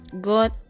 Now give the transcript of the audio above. God